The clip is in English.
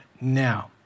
now